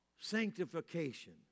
sanctification